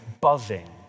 buzzing